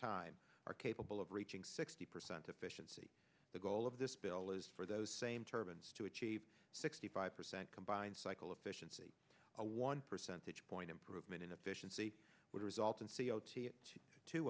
time are capable of reaching sixty percent efficiency the goal of this bill is for those same turbans to achieve sixty five percent combined cycle efficiency a one percentage point improvement in efficiency would result in c o t t two